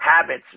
habits